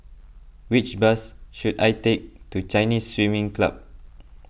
which bus should I take to Chinese Swimming Club